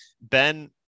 Ben